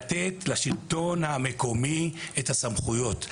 וצריך לתת לשלטון המקומי את הסמכויות.